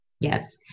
Yes